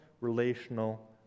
relational